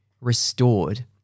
restored